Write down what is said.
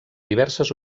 diverses